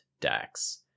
decks